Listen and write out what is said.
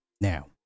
now